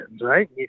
right